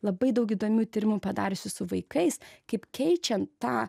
labai daug įdomių tyrimų padariusi su vaikais kaip keičiant tą